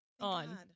On